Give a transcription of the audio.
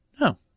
no